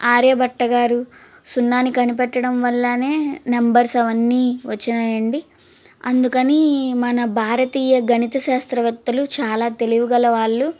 ఆర్యభట్ట గారు సున్నాని కనిపెట్టడం వల్లనే నెంబర్స్ అవన్నీ వచ్చాయండీ అందుకని మన భారతీయ గణిత శాస్త్రవేత్తలు చాలా తెలివి గల వాళ్ళు